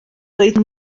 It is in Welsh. doedd